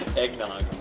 eggnog.